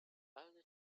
early